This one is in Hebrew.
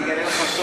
אני מדברת אליך,